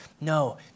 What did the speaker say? No